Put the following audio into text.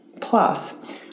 Plus